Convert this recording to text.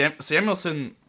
Samuelson